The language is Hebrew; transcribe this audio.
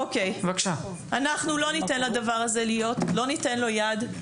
אנחנו לא ניתן לדבר הזה להיות לא ניתן לו יד,